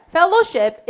Fellowship